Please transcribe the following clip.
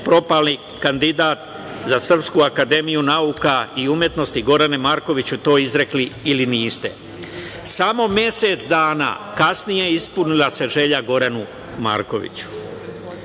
propali kandidat za Srpsku akademiju nauka i umetnosti, Gorane Markoviću to izrekli ili niste? Samo mesec dana kasnije ispunila se želja Goranu Markoviću. Moralna